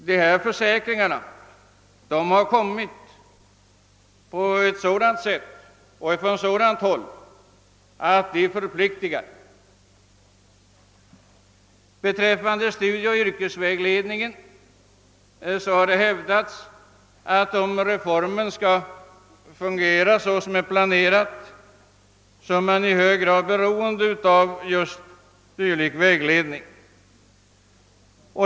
Dessa garantier har avgetts på ett sådant sätt och från sådant håll att de förpliktar. Det har i fråga om studieoch yrkesvägledningen hävdats att om reformen skall fungera som planerats är man i Hög grad beroende av just sådan vägledning.